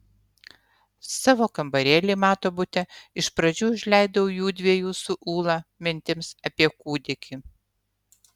savo kambarėlį mato bute iš pradžių užleidau jųdviejų su ūla mintims apie kūdikį